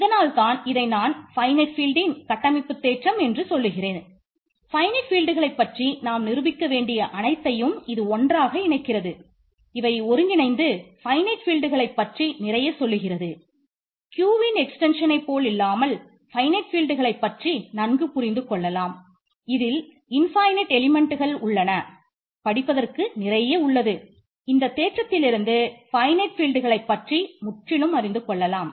இதனால்தான் இதை நான் ஃபைனட் ஃபீல்டின் பற்றி முற்றிலும் அறிந்து கொள்ளலாம்